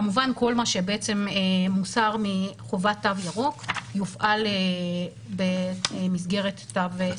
כמובן כל מה שבעצם מוסר מחובת תו ירוק יופעל במסגרת תו סגול.